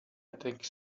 tech